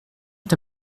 est